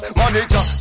manager